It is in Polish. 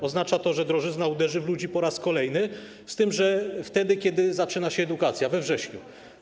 Oznacza to, że drożyzna uderzy w ludzi po raz kolejny, z tym że wtedy, kiedy zaczyna się edukacja - we wrześniu.